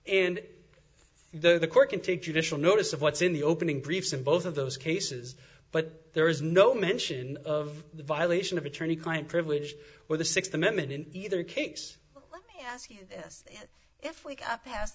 know the court can take judicial notice of what's in the opening briefs in both of those cases but there is no mention of the violation of attorney client privilege or the sixth amendment in either case let me ask you this if we got past